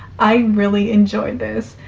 i really enjoyed this.